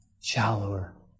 shallower